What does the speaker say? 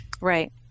Right